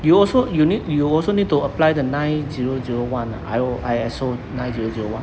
you also you need you also need to apply the nine zero zero one ah I_O~ I_S_O nine zero zero